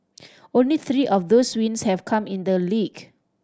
only three of those wins have come in the league